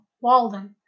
Walden